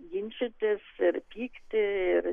ginčytis ir pykti ir